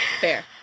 Fair